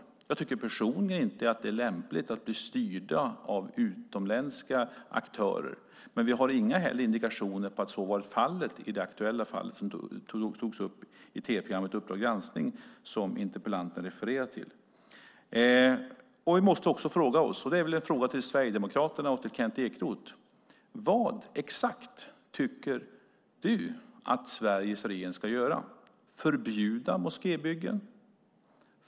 Personligen tycker jag inte att det är lämpligt om man blir styrd av utländska aktörer, men vi har inga indikationer på att det varit så i det aktuella fall som togs upp i tv-programmet Uppdrag granskning , som interpellanten refererar till. Vi måste också fråga oss, och det är väl en fråga till Sverigedemokraterna och Kent Ekeroth: Vad exakt tycker du att Sveriges regering ska göra? Förbjuda moskébyggen?